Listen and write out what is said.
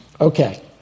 Okay